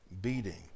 beating